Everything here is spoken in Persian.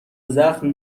زخم